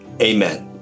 Amen